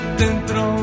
dentro